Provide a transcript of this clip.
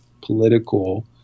political